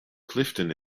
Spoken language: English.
clifton